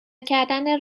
کردن